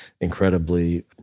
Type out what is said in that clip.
incredibly